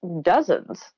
dozens